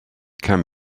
can